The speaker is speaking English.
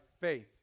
faith